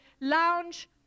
lounge